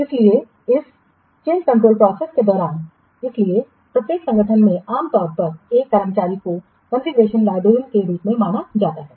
इसलिए इस चेंजकंट्रोल प्रोसेसके दौरान इसलिए प्रत्येक संगठन में आम तौर पर एक कर्मचारी को कॉन्फ़िगरेशन लाइब्रेरियन के रूप में जाना जाता है